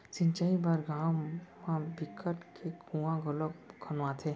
सिंचई बर गाँव म बिकट के कुँआ घलोक खनवाथे